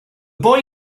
boy